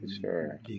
sure